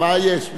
מה קרה?